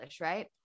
right